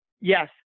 Yes